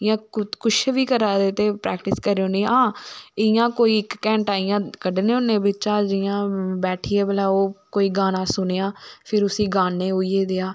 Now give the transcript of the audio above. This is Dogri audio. इयां कुश बी करा दे ते परैक्टिस करुड़ने आं इयां कोई इक घैंटा कड्ढने होने बिच्चा जियां बैठियै भला कोई गाना ओ सुनेआ फिर उसी गान्ने उऐ जेहा